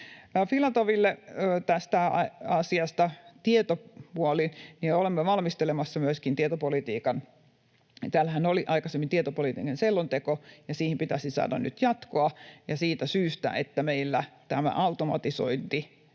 Filatoville tästä tietopuolesta: Olemme valmistelemassa myöskin tietopolitiikan. Täällähän oli aikaisemmin tietopoliittinen selonteko, ja siihen pitäisi saada nyt jatkoa ja siitä syystä, että meillä tämä automatisointi